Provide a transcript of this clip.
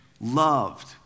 loved